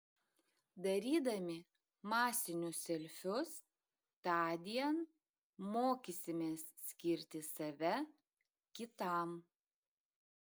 darydami masinius selfius tądien mokysimės skirti save kitam